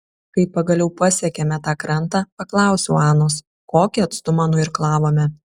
kai pagaliau pasiekėme tą krantą paklausiau anos kokį atstumą nuirklavome